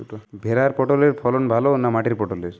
ভেরার পটলের ফলন ভালো না মাটির পটলের?